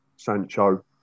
Sancho